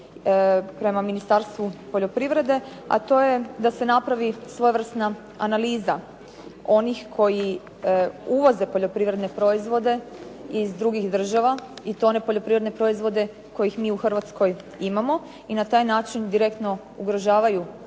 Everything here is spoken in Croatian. prema Ministarstvu poljoprivrede, a to je da se napravi svojevrsna analiza onih koji uvoze poljoprivredne proizvode iz drugih država i to one poljoprivredne proizvode koje mi u Hrvatskoj imamo i na taj način direktno ugrožavaju naša hrvatska